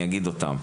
בבעיה.